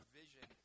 vision